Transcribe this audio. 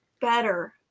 better